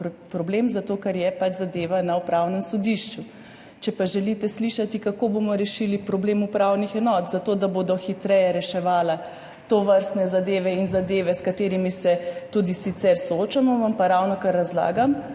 pač zadeva na Upravnem sodišču. Če pa želite slišati, kako bomo rešili problem upravnih enot, zato da bodo hitreje reševale tovrstne zadeve in zadeve, s katerimi se tudi sicer soočamo, vam pa ravnokar razlagam,